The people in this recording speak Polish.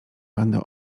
będę